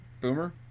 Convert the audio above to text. Boomer